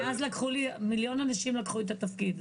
מאז מיליון אנשים לקחו את התפקיד.